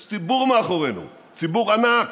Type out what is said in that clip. יש ציבור מאחורינו, ציבור ענק,